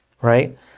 right